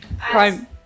Prime